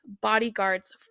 bodyguard's